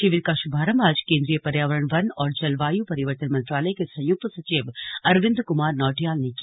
शिविर का शुभारंभ आज केंद्रीय पर्यावरण वन और जलवायु परिवर्तन मंत्रालय के संयुक्त सचिव अरविन्द कुमार नौटियाल ने किया